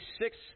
six